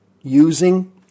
using